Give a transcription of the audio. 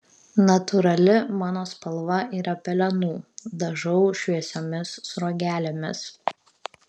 natūrali mano spalva yra pelenų dažau šviesiomis sruogelėmis